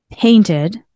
painted